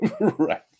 Right